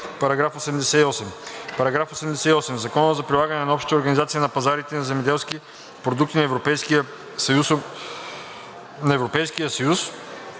§ 88. „§ 88. В Закона за прилагане на Общата организация на пазарите на земеделски продукти на Европейския съюз